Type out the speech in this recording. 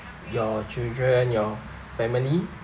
your children your family